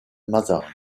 mazarin